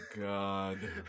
god